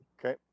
Okay